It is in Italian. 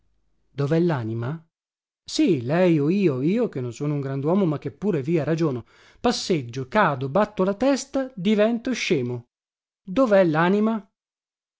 dovè lanima sì lei o io io che non sono un granduomo ma che pure via ragiono passeggio cado batto la testa divento scemo dovè